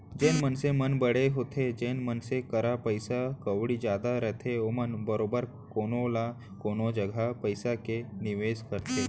जेन मनसे मन बड़े होथे जेन मनसे करा पइसा कउड़ी जादा रथे ओमन बरोबर कोनो न कोनो जघा पइसा के निवेस करथे